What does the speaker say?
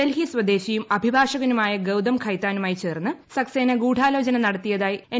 ഡൽഹി സ്വദേശിയും അഭിഭാഷകനുമായ ഗൌതം ഖൈത്താനുമായി ചേർന്ന് സക്സേന ഗൂഡാലോചന നടത്തിയതായി ഇ